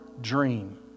dream